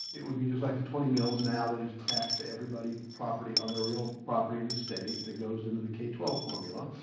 it would be just like the twenty mills now that is taxed to everybody, property on the real property in the state that goes into the k twelve formula.